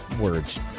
words